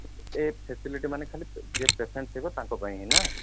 ଏ facility ମାନେ ଖାଲି ଯିଏ ପେସେଣ୍ଟ୍ ଥିବ ତାଙ୍କ ପାଇଁ ହିଁ ନାଁ